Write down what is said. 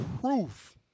Proof